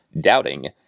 doubting